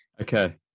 okay